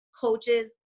coaches